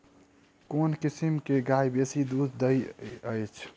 केँ किसिम केँ गाय बेसी दुध दइ अछि?